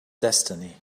destiny